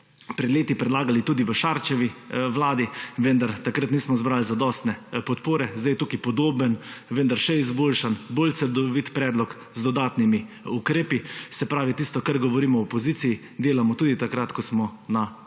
pred leti predlagali tudi v Šarčevi vladi, vendar takrat nismo zbrali zadostne podpore. Zdaj je tukaj podoben, vendar izboljšan, bolj celovit predlog z dodatnimi ukrepi. Se pravi, tisto, kar govorimo v opoziciji, delamo tudi takrat, ko smo na